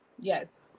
Yes